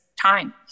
time